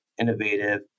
innovative